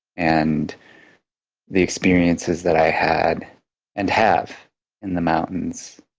and the experiences that i had and have in the mountains,